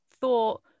thought